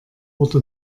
wurde